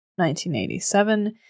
1987